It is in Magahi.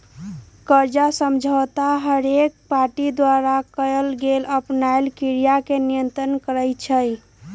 कर्जा समझौता हरेक पार्टी द्वारा कएल गेल आपनामे क्रिया के नियंत्रित करई छै